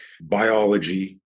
biology